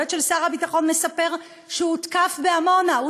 יועץ של שר הביטחון מספר שהוא הותקף בעמונה,